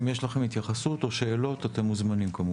אם יש לכם התייחסות או שאלות אתם כמובן מוזמנים.